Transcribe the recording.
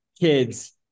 kids